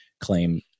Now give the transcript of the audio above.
claim